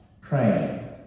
praying